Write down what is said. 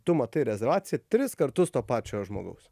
tu matai rezervaciją tris kartus to pačio žmogaus